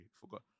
Forgot